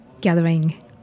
gathering